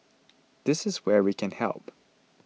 this is where we can help